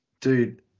Dude